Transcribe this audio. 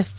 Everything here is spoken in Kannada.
ಎಫ್